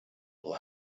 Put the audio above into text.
will